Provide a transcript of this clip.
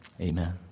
Amen